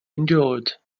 endured